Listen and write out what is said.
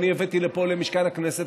שאני הבאתי לפה למשכן הכנסת,